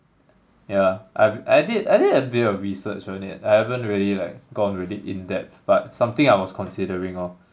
yeah I've I did I did a bit of research on it I haven't really like gone with it in depth but something I was considering orh